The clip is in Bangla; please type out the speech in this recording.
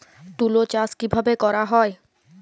তুলো চাষ কিভাবে করা হয়?